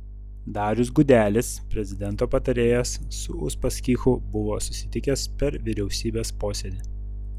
darius gudelis prezidento patarėjas su uspaskichu buvo susitikęs per vyriausybės posėdį